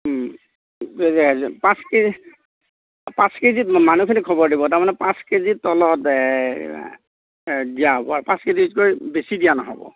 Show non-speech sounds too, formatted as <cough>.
<unintelligible> পাঁচ কেজি পাঁচ কেজিত মানুহখিনিক খবৰ দিব তাৰমানে পাঁচ কেজিৰ তলত দিয়া হ'ব পাঁচ কেজিতকৈ বেছি দিয়া নহ'ব